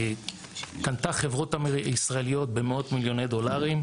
קנתה חברות ישראליות במאות מיליוני דולרים,